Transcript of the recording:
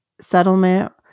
settlement